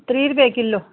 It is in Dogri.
त्रीह् रपेऽ किलो